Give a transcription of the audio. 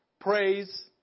Praise